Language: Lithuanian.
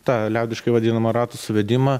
tą liaudiškai vadinamą ratų suvedimą